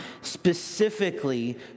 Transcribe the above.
specifically